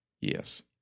Yes